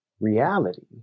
reality